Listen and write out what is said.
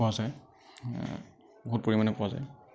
পোৱা যায় বহুত পৰিমাণে পোৱা যায়